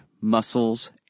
muscles